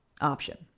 option